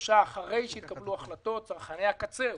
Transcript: שלושה אחרי שהתקבלו החלטות צרכני הקצה,